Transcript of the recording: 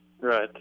Right